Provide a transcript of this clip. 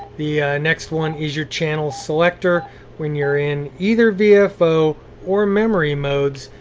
the next one is your channel selector when you're in either vfo ah vfo or memory modes,